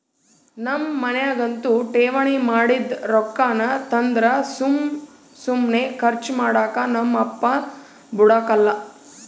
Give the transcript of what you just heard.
ನಮ್ ಮನ್ಯಾಗಂತೂ ಠೇವಣಿ ಮಾಡಿದ್ ರೊಕ್ಕಾನ ತಂದ್ರ ಸುಮ್ ಸುಮ್ನೆ ಕರ್ಚು ಮಾಡಾಕ ನಮ್ ಅಪ್ಪ ಬುಡಕಲ್ಲ